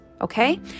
okay